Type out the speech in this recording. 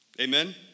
Amen